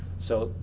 so.